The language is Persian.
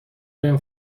بهم